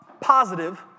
positive